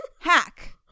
Hack